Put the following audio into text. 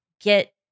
get